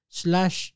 slash